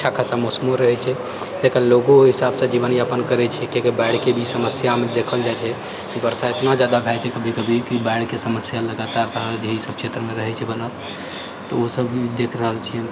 अच्छा खासा मौसमो रहैत छै एतुका लोको ओहि हिसाबसँ जीवनयापन करैत छै किआकि बाढ़िके भी समस्यामे देखल जाइत छै बरसा इतना जादा भए जाइत छै कभी कभी कि बाढ़िके लगातार ई सब समस्या क्षेत्रमे रहैत छै बनल तऽ ओ सब भी देखि रहल छियै